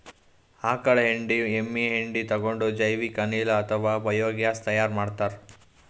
ಆಕಳ್ ಹೆಂಡಿ ಎಮ್ಮಿ ಹೆಂಡಿ ತಗೊಂಡ್ ಜೈವಿಕ್ ಅನಿಲ್ ಅಥವಾ ಬಯೋಗ್ಯಾಸ್ ತೈಯಾರ್ ಮಾಡ್ತಾರ್